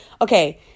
Okay